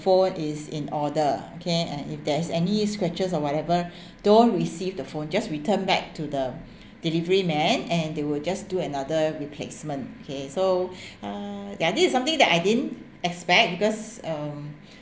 phone is in order okay and if there's any scratches or whatever don't receive the phone just return back to the delivery man and they will just do another replacement okay so uh ya this is something that I didn't expect because um